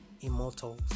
immortal